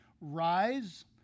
Rise